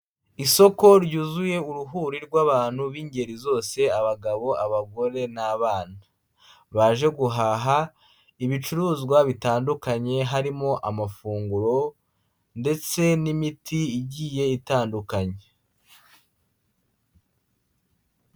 Isoko ryuzuye uruhuri rw'abantu b'ingeri zose, abagabo, abagore n'abana, baje guhaha ibicuruzwa bitandukanye, harimo amafunguro ndetse n'imiti igiye itandukanye.